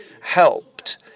helped